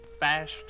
fast